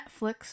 Netflix